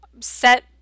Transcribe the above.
set